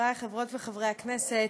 חברי חברות וחברי הכנסת,